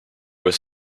was